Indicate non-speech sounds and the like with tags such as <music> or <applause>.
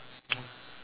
<noise>